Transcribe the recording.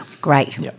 Great